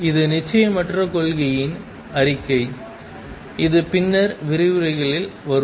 இது நிச்சயமற்ற கொள்கையின் அறிக்கை இது பின்னர் விரிவுரைகளில் வரும்